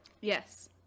Yes